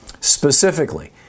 Specifically